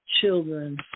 children